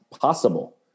possible